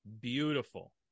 beautiful